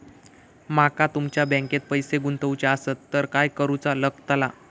माका तुमच्या बँकेत पैसे गुंतवूचे आसत तर काय कारुचा लगतला?